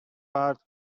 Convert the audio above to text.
part